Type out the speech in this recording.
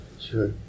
sure